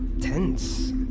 tense